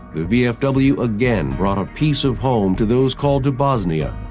the vfw again brought a piece of home to those called to bosnia,